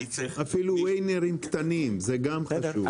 אני צריך --- אפילו ניצחונות קטנים, זה גם חשוב.